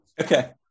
Okay